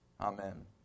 Amen